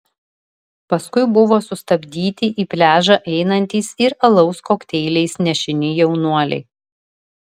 paskui buvo sustabdyti į pliažą einantys ir alaus kokteiliais nešini jaunuoliai